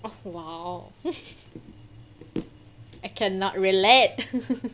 oh !wow! I cannot relate